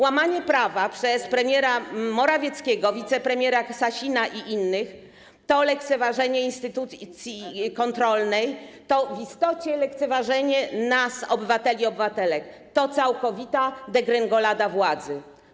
Łamanie prawa przez premiera Morawieckiego, wicepremiera Sasina i innych to lekceważenie instytucji kontrolnej, to w istocie lekceważenie nas, obywateli, obywatelek, to całkowita degrengolada władzy.